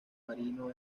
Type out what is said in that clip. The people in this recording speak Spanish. marino